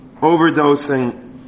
overdosing